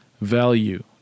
value